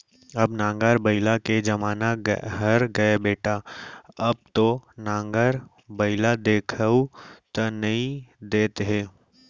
अब नांगर बइला के जमाना हर गय बेटा अब तो नांगर बइला देखाउ तक नइ देत हे